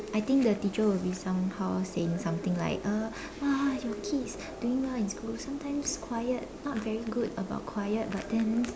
I think the teacher will be somehow saying something like uh !wow! your kid is doing well in school sometimes quiet not very good about quiet but then